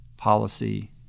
policy